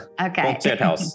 Okay